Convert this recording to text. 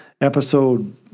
episode